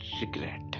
regret